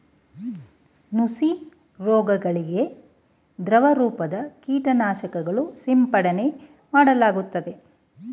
ನುಸಿ ರೋಗಗಳಿಗೆ ದ್ರವರೂಪದ ಕೀಟನಾಶಕಗಳು ಸಿಂಪಡನೆ ಮಾಡಲಾಗುತ್ತದೆ